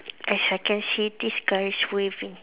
yes I can see this guy is waving